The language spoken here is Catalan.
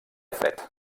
fred